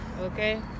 okay